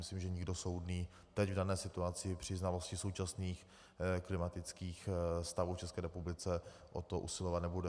Myslím, že nikdo soudný teď, v dané situaci, při znalosti současných klimatických stavů v České republice o to usilovat nebude.